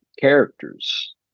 characters